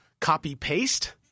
copy-paste